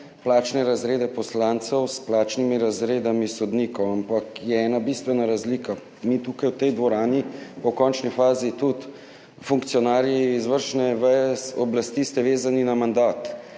plačne razrede poslancev s plačnimi razredi sodnikov, ampak je ena bistvena razlika. Mi smo tukaj v tej dvorani, pa v končni fazi tudi funkcionarji izvršne veje oblasti, vezani na mandat.